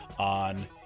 on